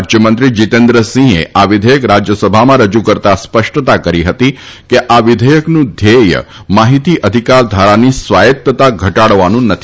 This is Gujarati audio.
ાજયમંત્રી જીતેન્દ્રસિંહે આ વિઘેયક રાજ્યસભામાં રજી કરતા સ્પષ્ટતા કરી હતી કે આ વિઘેયકનું ધ્યેથ માહિતી અધિકાર ધારાની સ્વાયત્તતા ઘટાડવાનું નથી